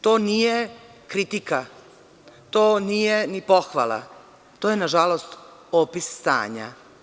To nije kritika, to nije ni pohvala, to je nažalost opis stanja.